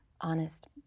honest